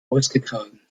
ausgetragen